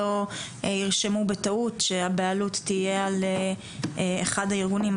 שלא ירשמו בטעות שהבעלות תהיה על אחד הארגונים.